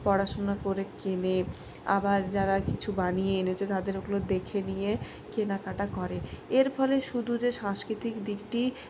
পড়াশুনা করে কেনে আবার যারা কিছু বানিয়ে এনেছে তাদেরগুলো দেখে নিয়ে কেনাকাটা করে এরফলে শুধু যে সাংস্কৃতিক দিকটি